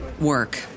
work